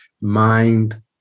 mind